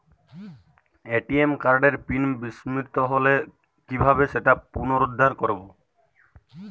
ATM কার্ডের pin বিস্মৃত হলে কীভাবে সেটা পুনরূদ্ধার করব?